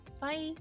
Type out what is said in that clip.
bye